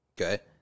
Okay